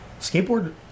skateboard